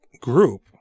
group